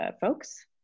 folks